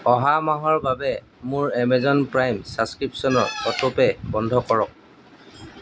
অহা মাহৰ বাবে মোৰ এমেজন প্ৰাইম ছাবস্ক্ৰিপশ্য়নৰ অট'পে' বন্ধ কৰক